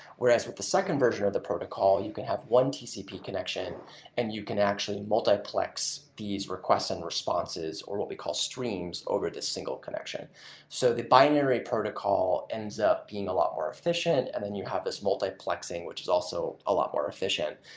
whereas with the second version of the protocol, you can have one tcp connection and you can actually multiplex these requests and responses, or what we call streams over this single connection so the binary protocol ends up being a lot more efficient, and then you have this multiplexing which is also a lot more efficient.